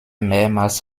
mehrmals